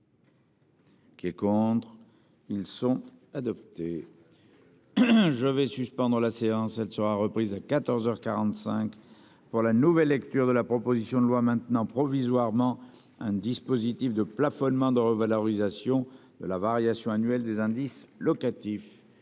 Qui est contre. Ils sont adoptés. Je vais suspendre la séance elle sera reprise à 14h 45 pour la nouvelle lecture de la proposition de loi maintenant provisoirement un dispositif de plafonnement de revalorisation de la variation annuelle des indices locatif.